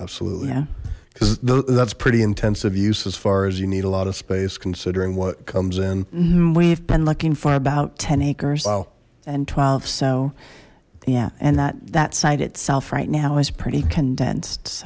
absolutely because though that's pretty intensive use as far as you need a lot of space considering what comes in we've been looking for about ten acres and twelve so yeah and that that site itself right now is pretty condensed